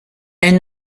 elle